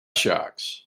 sharks